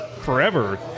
forever